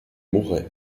mourrait